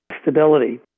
stability